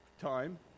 time